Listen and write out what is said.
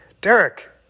Derek